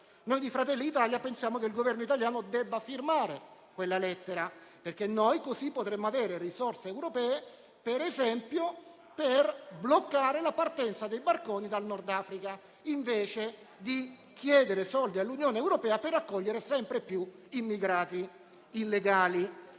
Noi di Fratelli d'Italia pensiamo che il Governo italiano debba firmare quella lettera, perché così potremmo avere risorse europee per bloccare, per esempio, la partenza dei barconi dal Nord Africa, invece di chiedere soldi all'Unione europea per accogliere sempre più immigrati illegali.